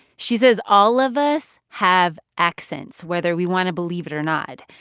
she says all of us have accents, whether we want to believe it or not.